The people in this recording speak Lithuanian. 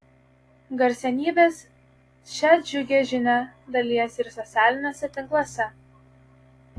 garsenybės šia džiugia žinia dalijasi ir socialiniuose tinkluose